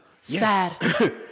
Sad